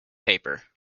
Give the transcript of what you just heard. paper